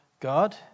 god